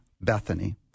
Bethany